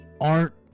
art